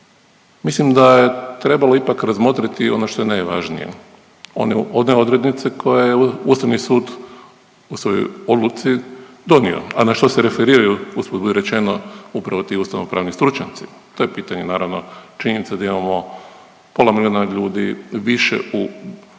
Mislim da je trebalo ipak razmotriti ono što je najvažnije. One odrednice koje je Ustavni sud u svojoj odluci donio, a na što se referiraju usput budi rečeno upravo ti ustavno pravni stručnjaci. To je pitanje naravno. Činjenica je da imamo pola miliona ljudi više u koji